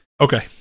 Okay